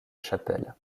chapelle